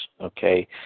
okay